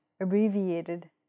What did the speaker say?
abbreviated